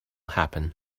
happen